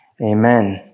Amen